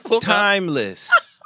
Timeless